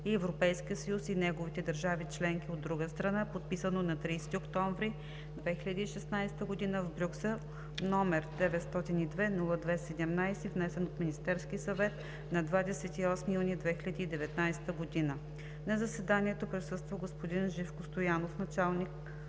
и Европейския съюз и неговите държави членки, от друга страна, подписано на 30 октомври 2016 г. в Брюксел, № 902-02-17, внесен от Министерския съвет на 28 юни 2019 г. На заседанието присъстваха: от Министерството на